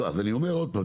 אני אומר עוד פעם,